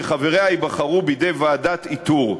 שחבריה ייבחרו בידי ועדת איתור.